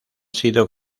sido